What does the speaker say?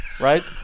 Right